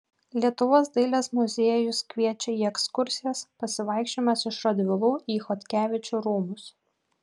lietuvos dailės muziejus kviečia į ekskursijas pasivaikščiojimas iš radvilų į chodkevičių rūmus